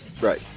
Right